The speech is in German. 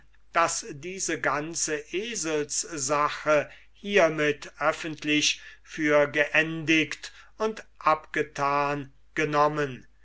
daß diese ganze eselssache hiemit öffentlich für geendigt und abgetan genommen